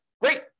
Great